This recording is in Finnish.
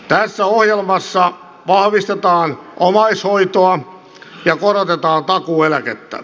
tässä ohjelmassa vahvistetaan omaishoitoa ja korotetaan takuueläkettä